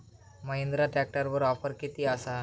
महिंद्रा ट्रॅकटरवर ऑफर किती आसा?